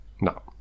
No